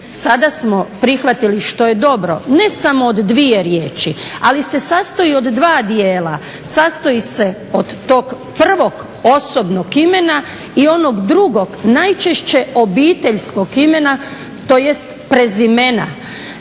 sada smo prihvatili što je dobro ne samo od dvije riječi, ali se sastoji od dva dijela. Sastoji se od tog prvog osobnog imena i onog drugog najčešće obiteljskog imena tj. prezimena.